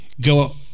go